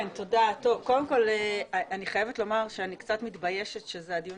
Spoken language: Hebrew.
אני חייבת לומר שאני קצת מתביישת שזה הדיון